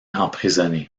emprisonné